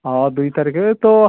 ହଁ ଦୁଇ ତାରିଖରେ ତ